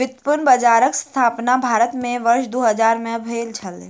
व्युत्पन्न बजारक स्थापना भारत में वर्ष दू हजार में भेल छलै